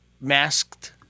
masked